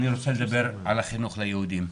אני רוצה לדבר על חינוך ליהודים.